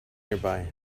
nearby